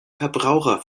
verbraucher